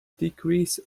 decrease